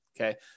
Okay